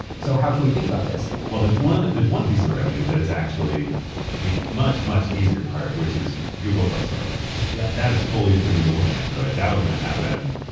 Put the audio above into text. so how should we think about this? well, there's one there's one piece of the revenue that is actually the much, much easier part which is google play store revenue. yeah that is fully attributable to android. that was gonna happen.